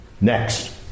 next